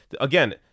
Again